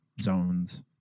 zones